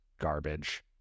garbage